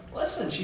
listen